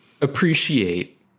appreciate